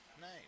nice